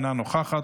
אינה נוכחת,